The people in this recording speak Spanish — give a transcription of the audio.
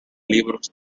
libros